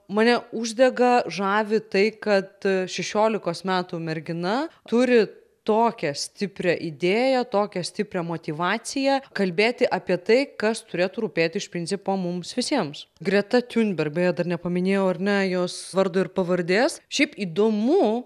mane uždega žavi tai kad šešiolikos metų mergina turi tokią stiprią idėją tokią stiprią motyvaciją kalbėti apie tai kas turėtų rūpėti iš principo mums visiems greta tiunberg beje dar nepaminėjau ar ne jos vardo ir pavardės šiaip įdomu